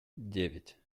девять